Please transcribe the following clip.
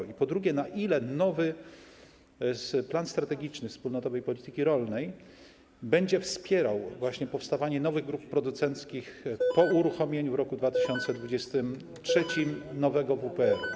I po drugie, na ile nowy plan strategiczny wspólnotowej polityki rolnej będzie wspierał właśnie powstawanie nowych grup producenckich po uruchomieniu w roku 2023 nowego WPR-u?